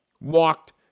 Walked